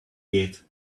gate